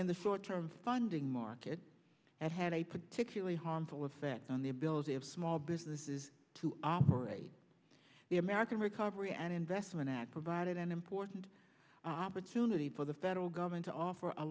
in the sort term funding market that had a particularly harmful effect on the ability of small businesses to operate the american recovery and investment act provided an important opportunity for the federal government to offer a